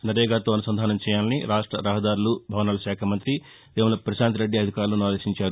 నరేగా తో అనుసంధానం చేయాలని రాష్ట రహదారులు భవనాల శాఖ మంత్రి వేముల పశాంత్రెడ్డి అధికారులను ఆదేశించారు